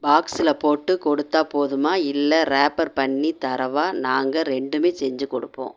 பாக்ஸில் போட்டு கொடுத்தால் போதுமா இல்லை ரேப்பர் பண்ணி தரவா நாங்கள் ரெண்டுமே செஞ்சு கொடுப்போம்